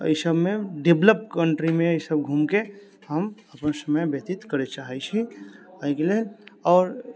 एहि सबमे डेवलप कन्ट्रीमे घूम के हम अपन समय व्यतीत करऽ चाहै छी एहिके लेल आओर